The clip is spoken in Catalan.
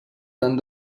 tant